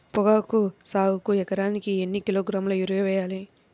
పొగాకు సాగుకు ఎకరానికి ఎన్ని కిలోగ్రాముల యూరియా వేయాలి?